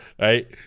Right